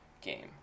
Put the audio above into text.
game